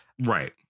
right